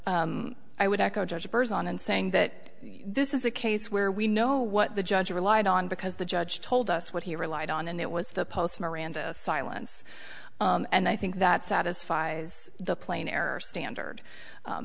l i would echo judge a person and saying that this is a case where we know what the judge relied on because the judge told us what he relied on and it was the post miranda silence and i think that satisfies the plain error standard